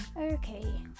Okay